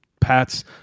Pat's